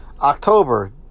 October